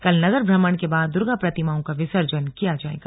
कल नगर भ्रमण के बाद दुर्गा प्रतिमाओं का विर्सजन किया जायेगा